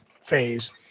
phase